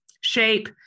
shape